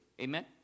Amen